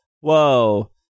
whoa